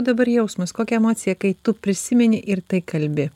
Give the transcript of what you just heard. dabar jausmas kokią emocija kai tu prisimeni ir tai kalbi